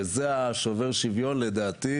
וזה השובר שוויון לדעתי.